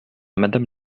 madame